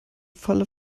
falle